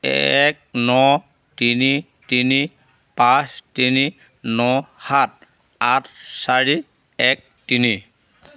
এক ন তিনি তিনি পাঁচ তিনি ন সাত আঠ চাৰি এক তিনি